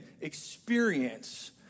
experience